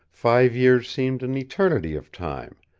five years seemed an eternity of time,